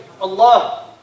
Allah